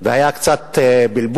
והיה קצת בלבול.